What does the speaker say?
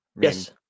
Yes